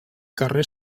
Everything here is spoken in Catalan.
carrer